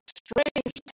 strange